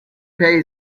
pay